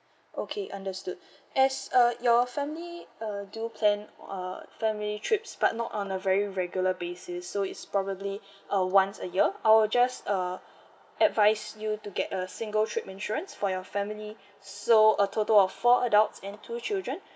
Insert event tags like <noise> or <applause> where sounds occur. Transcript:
okay understood as uh your family uh do plan uh family trips but not on a very regular basis so it's probably <breath> uh once a year I'll just uh advise you to get a single trip insurance for your family so a total of four adults and two children